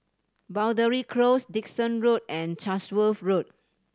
Boundary Close Dickson Road and Chatsworth Road